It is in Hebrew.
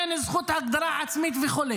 אין זכות הגדרה עצמית וכו',